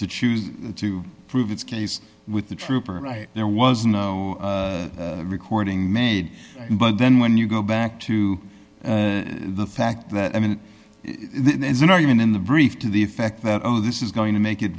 to choose to prove its case with the trooper right there was no recording made but then when you go back to the fact that i mean there's an argument in the brief to the effect that oh this is going to make it